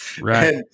Right